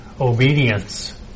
obedience